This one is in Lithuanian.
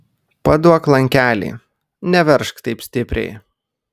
paduok lankelį neveržk taip stipriai